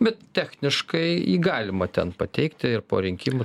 bet techniškai jį galima ten pateikti ir po rinkimų